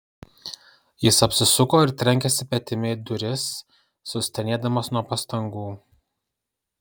jis apsisuko ir trenkėsi petimi į duris sustenėdamas nuo pastangų